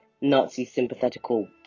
Nazi-sympathetical